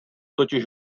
totiž